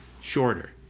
shorter